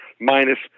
minus